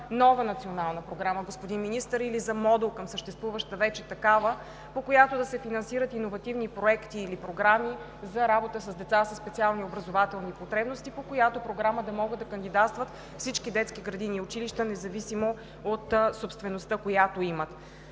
нова национална програма или за модул към съществуваща вече такава, по която да се финансират иновативни проекти или програми за работа с деца със специални образователни потребности, да могат да кандидатстват във всички детски градини и училища, независимо от собствеността, която имат.